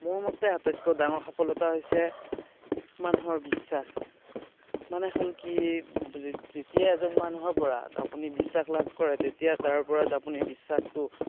মোৰ মতে আটাইতকৈ ডাঙৰ সফলতা হৈছে মানুহৰ বিশ্বাস মানে হ'ল কি যেতিয়া এজন মানুহৰ পৰা আপুনি বিশ্বাস লাভ কৰে তেতিয়া তাৰ ওপৰত আপুনি বিশ্বাসটো